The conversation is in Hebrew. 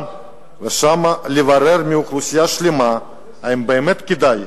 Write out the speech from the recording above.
ושם לברר עם אוכלוסייה שלמה האם באמת כדאי.